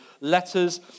letters